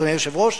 אדוני היושב-ראש,